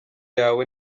yawe